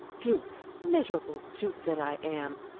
dupe, miserable dupe, that i am!